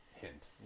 hint